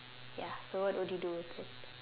ya so what will do with it